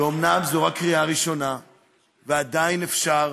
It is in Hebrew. אומנם זאת רק קריאה ראשונה ועדיין אפשר,